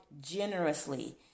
generously